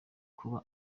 kuba